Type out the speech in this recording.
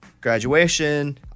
graduation